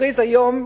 הכריז היום,